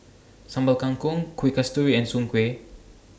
Sambal Kangkong Kuih Kasturi and Soon Kway